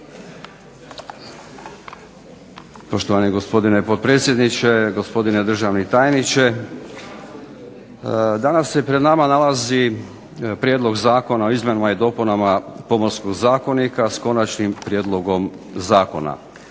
Poštovani gospodine potpredsjedniče, gospodine državni tajniče. Danas se pred nama nalazi prijedlog Zakona o izmjenama i dopunama Pomorskog zakonika, s konačnim prijedlogom zakona.